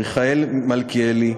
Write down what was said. מיכאל מלכיאלי,